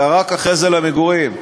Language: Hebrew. ורק אחרי זה למגורים.